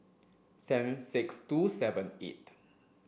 seven six two seven eight